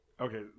Okay